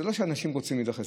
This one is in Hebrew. זה לא שאנשים רוצים להידחס